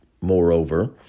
Moreover